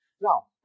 Now